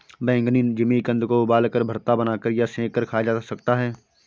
बैंगनी जिमीकंद को उबालकर, भरता बनाकर या सेंक कर खाया जा सकता है